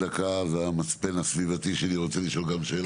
המצפן הסביבתי שלי רוצה לשאול שאלה.